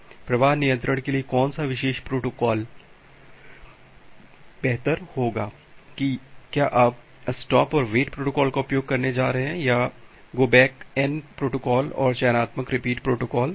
अब सवाल यह है कि प्रवाह नियंत्रण के लिए कौन सा विशेष प्रोटोकॉल बेहतर होगा कि क्या आप स्टॉप और वेट प्रोटोकॉल का उपयोग करने जा रहे हैं या गो बैक एन प्रोटोकॉल और चयनात्मक रिपीट प्रोटोकॉल